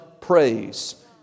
praise